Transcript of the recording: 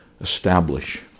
establish